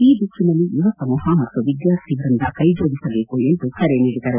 ಈ ದಿಕ್ಕಿನಲ್ಲಿ ಯುವ ಸಮೂಹ ಮತ್ತು ವಿದ್ಯಾರ್ಥಿ ವೃಂದ ಕೈಜೋಡಿಸಬೇಕು ಎಂದು ಕರೆ ನೀಡಿದರು